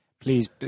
Please